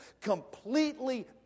completely